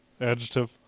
Adjective